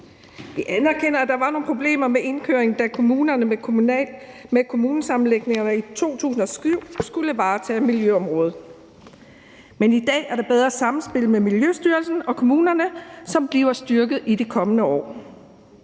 Vi anerkender, at der var nogle problemer med indkøringen, da kommunerne med kommunesammenlægningerne i 2007 skulle varetage miljøområdet, men i dag er der bedre samspil mellem Miljøstyrelsen og kommunerne, hvilket bliver styrket i de kommende år.